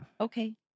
Okay